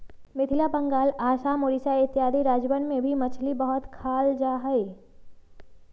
मिथिला बंगाल आसाम उड़ीसा इत्यादि राज्यवन में भी मछली बहुत खाल जाहई